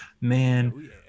man